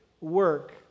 work